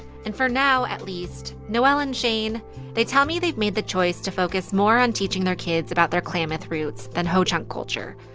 and for now at least, noelle and shane they tell me they've made the choice to focus more on teaching their kids about their klamath roots than ho-chunk culture.